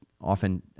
often